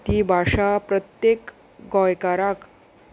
ती भाशा प्रत्येक गोंयकाराक